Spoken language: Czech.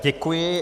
Děkuji.